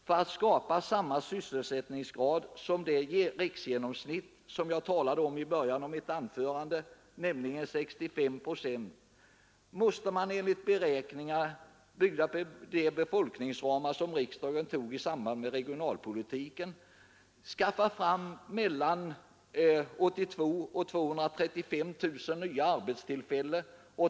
För att skapa samma sysselsättningsgrad som det riksgenomsnitt som jag talade om i början av mitt anförande, nämligen 65 procent, måste man enligt beräkningar, byggda på de befolkningsramar som riksdagen tog i samband med regionalpolitiken, skaffa fram mellan 82 000 och 235 000 nya arbetstillfällen.